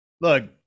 look